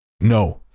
no